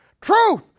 truth